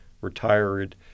retired